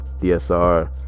DSR